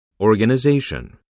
organization